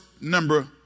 number